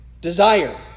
desire